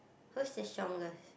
who's the strongest